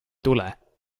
tule